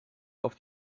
auf